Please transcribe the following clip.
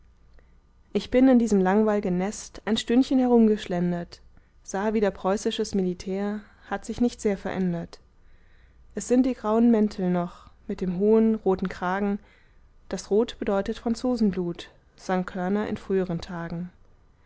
ich bin in diesem langweil'gen nest ein stündchen herumgeschlendert sah wieder preußisches militär hat sich nicht sehr verändert es sind die grauen mäntel noch mit dem hohen roten kragen das rot bedeutet franzosenblut sang körner in früheren tagen